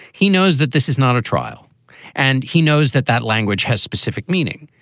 he knows that this is not a trial and he knows that that language has specific meaning.